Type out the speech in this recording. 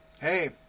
Hey